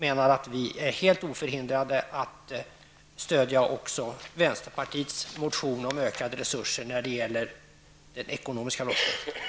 Men vi är helt oförhindrade att stödja också vänsterpartiets motion om ökade resurser när det gäller den ekonomiska brottsligheten.